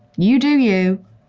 you do you,